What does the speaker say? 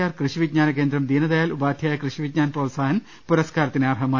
R കൃഷി വിജ്ഞാന കേന്ദ്രം ദീന ദയാൽ ഉപാധ്യായ കൃഷി വിജ്ഞാൻ പ്രോത്സാഹൻ പുരസ്കാരത്തിന് അർഹമായി